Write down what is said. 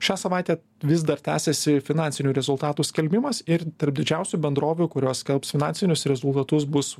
šią savaitę vis dar tęsiasi finansinių rezultatų skelbimas ir tarp didžiausių bendrovių kurios skelbs finansinius rezultatus bus